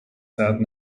said